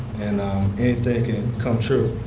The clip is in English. and anything can come true.